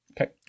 Okay